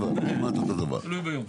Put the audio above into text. בערך,